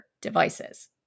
devices